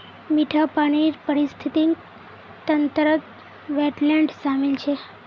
मीठा पानीर पारिस्थितिक तंत्रत वेट्लैन्ड शामिल छ